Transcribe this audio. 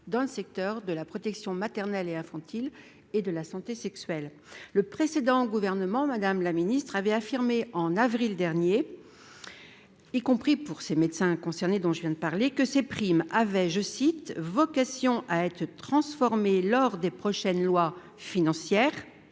dans le secteur de la protection maternelle et infantile et de la santé sexuelle, le précédent gouvernement, Madame la ministre avait affirmé en avril dernier, y compris pour ses médecins concernés dont je viens de parler que ces primes avait, je cite, vocation à être transformé lors des prochaines lois financières,